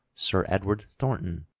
sir edward thornton,